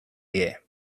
die